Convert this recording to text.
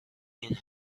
این